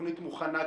התוכנית כבר מוכנה,